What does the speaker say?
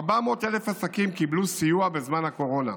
400,000 עסקים קבלו סיוע בזמן הקורונה.